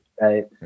right